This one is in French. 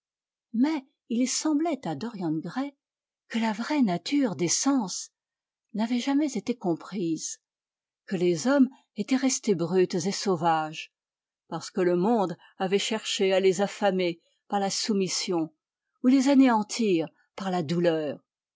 mais il semblait à dorian gray que la vraie nature des sens n'avait jamais été comprise que les hommes étaient restés brutes et sauvages parce que le monde avait cherché à les affamer par la soumission ou les anéantir par la douleur